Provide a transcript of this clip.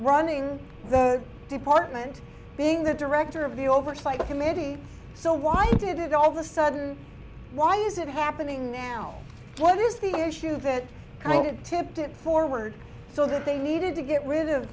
running the department being the director of the oversight committee so why did it all the sudden why is it happening now what is the issue that i don't tipped it forward so that they needed to get rid of